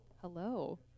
hello